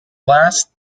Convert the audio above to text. last